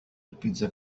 البيتزا